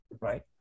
right